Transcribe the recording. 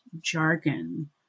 jargon